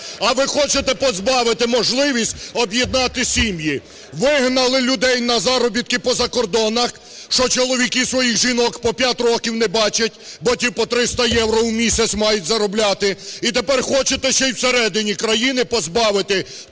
а ви хочете позбавити можливість об'єднати сім'ї. Вигнали людей на заробітки по закордонах, що чоловіки своїх жінок по 5 років не бачать, бо ті по 300 євро в місяць мають заробляти, і тепер хочете ще й всередині країни позбавити